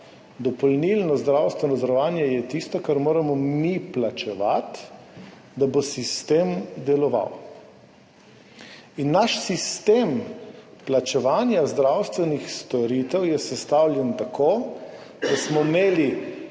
dopolnilno zdravstveno zavarovanje je tisto, kar moramo mi plačevati, da bo sistem deloval. Naš sistem plačevanja zdravstvenih storitev je sestavljen tako, da smo imeli